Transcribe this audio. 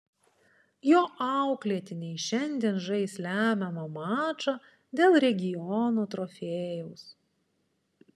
jo auklėtiniai šiandien žais lemiamą mačą dėl regiono trofėjaus